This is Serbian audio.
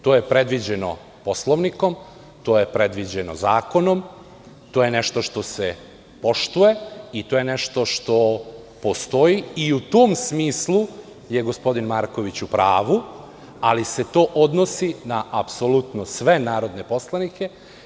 To je predviđeno poslovnikom, to je predviđeno zakonom, to je nešto što se poštuje i to je nešto što postoji i u tom smislu je gospodin Marković u pravu, ali se to odnosi na apsolutno sve narodne poslanike.